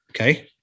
Okay